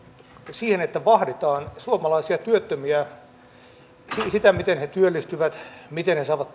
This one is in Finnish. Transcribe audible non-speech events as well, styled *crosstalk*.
siihen että vahditaan suomalaisia työttömiä sitä miten he työllistyvät miten he saavat *unintelligible*